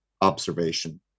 observation